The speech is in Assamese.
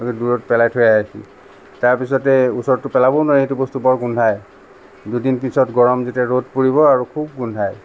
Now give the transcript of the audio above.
তাৰপিছত দূৰত পেলাই থৈ আহে সি তাৰ পিছতে ওচৰতটো পেলাবও নোৱাৰে সেইটো বস্তু বৰ গোন্ধাই দুদিন পিছত গৰম যেতিয়া ৰ'দ পৰিব আৰু খুব গোন্ধাই